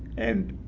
and